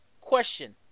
Question